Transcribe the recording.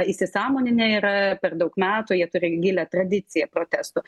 įsisąmoninę yra per daug metų jie turi gilią tradiciją protestų